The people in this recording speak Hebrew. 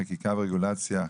חקיקה ורגולציה.